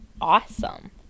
awesome